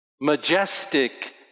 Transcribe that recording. Majestic